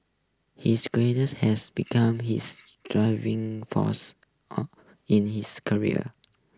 his has become his driving force on in his career